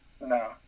No